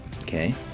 okay